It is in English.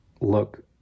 look